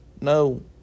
No